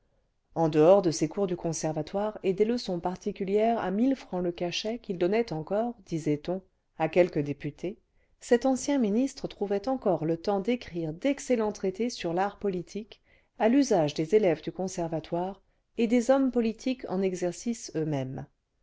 en dehors de ses cours du conservatoire et des leçons particulières à mille francs le cachet qu'il donnait encore disait-on à quelques députés cet ancien ministre trouvait encore le temps d'écrire d'excellents traités sur l'art politique à l'usage des élèves du conservatoire et des hommes politiques en exercice eux-mêmes